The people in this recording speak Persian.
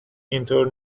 اینطور